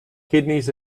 kidneys